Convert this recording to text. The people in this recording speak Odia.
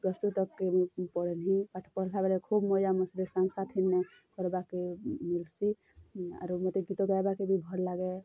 ପ୍ଲସ୍ ଟୁ ତକ୍ କେ ମୁଁ ପଢ଼୍ନି ପାଠ ପଢ଼୍ଲା ବେଳେ ଖୋବ୍ ମଜା ମସ୍ତି ସାଙ୍ଗ୍ ସାଥିନେ କର୍ବାକେ ମିଲ୍ସି ଆରୁ ମୋତେ ଗୀତ ଗାଇବାକେ ବି ଭଲ୍ ଲାଗେ